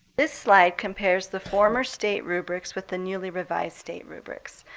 this slide compares the former state rubrics with the newly revised state rubrics.